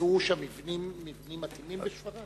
ימצאו שם מבנים מתאימים בשפרעם?